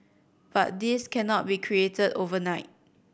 but this cannot be created overnight